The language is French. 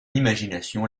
imagination